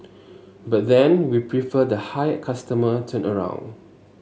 but then we prefer the high customer turnaround